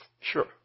sure